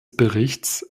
berichts